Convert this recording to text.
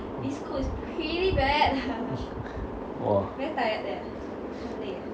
!wah!